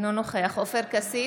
אינו נוכח עופר כסיף,